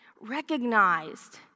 recognized